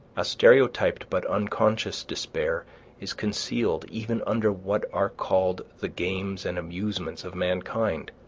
a stereotyped but unconscious despair is concealed even under what are called the games and amusements of mankind.